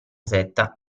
setta